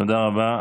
תודה רבה.